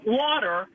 water